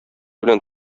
белән